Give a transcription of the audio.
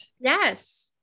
Yes